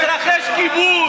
התרחש כיבוש.